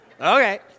okay